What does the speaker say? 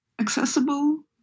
accessible